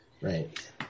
Right